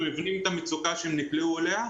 אנחנו מבינים את המצוקה שהם נקלעו אליה.